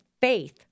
faith